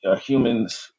humans